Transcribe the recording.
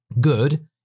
good